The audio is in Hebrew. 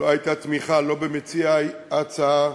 לא הייתה תמיכה לא במציעי ההצעה,